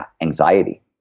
anxiety